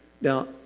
now